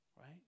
right